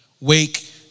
Wake